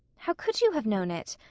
how could you have known it?